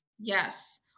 Yes